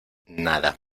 nada